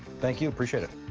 thank you. appreciate it.